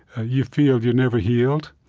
you feel you're never healed,